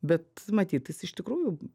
bet matyt jis iš tikrųjų